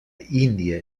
índia